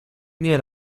nie